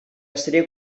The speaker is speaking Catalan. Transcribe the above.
estaria